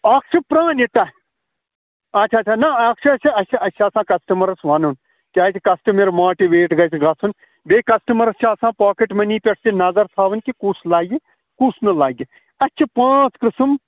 اَکھ چھِ پرٛانہِ تاہ اَچھا اَچھا نہَ اَکھ چیٖز چھِ اَسہِ اَسہِ اَسہِ چھِ آسان کَسٹَٕمَرَس وَنُن کیٛازِ کَسٹٕمر ماٹِویٹ گژھِ گژھُن بیٚیہِ کَسٹَٕمَرَس چھِ آسان پاکٮ۪ٹ مٔنی پٮ۪ٹھ تہِ نظر تھاوٕنۍ کہِ کُس لَگہِ کُس نہٕ لَگہِ اَسہِ چھِ پانٛژھ قٕسٕم